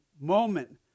moment